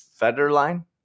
federline